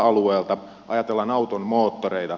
ajatellaan auton moottoreita